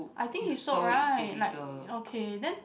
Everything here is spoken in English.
I think he sold right like okay then